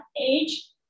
age